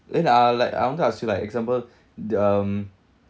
then uh like I want to ask you like example the um